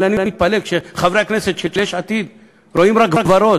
אבל אני מתפלא שחברי הכנסת של יש עתיד רואים רק ורוד.